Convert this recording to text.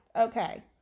okay